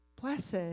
Blessed